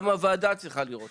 גם הוועדה צריכה לראות את זה.